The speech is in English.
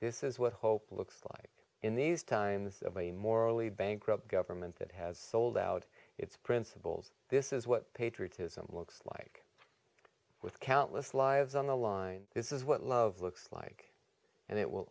this is what hope looks like in these times of a morally bankrupt government that has sold out its principles this is what patriotism looks like with countless lives on the line this is what love looks like and it will